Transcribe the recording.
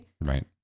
Right